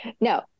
No